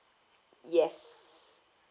yes